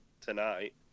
tonight